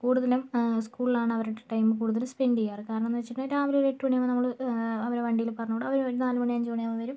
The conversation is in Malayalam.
കുടുതലും സ്കൂളിലാണ് അവരുടെ ടൈം കൂടുതൽ സ്പെൻഡ് ചെയ്യാറ് കാരണം എന്ന് വെച്ചിട്ടുണ്ടേൽ രാവിലെ ഒരു എട്ട് മണിയാകുമ്പോൾ നമ്മൾ അവരെ വണ്ടിയിൽ പറഞ്ഞുവിടും അവർ ഒരു നാല് മണി അഞ്ച് മണിയാകുമ്പോൾ വരും